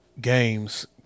games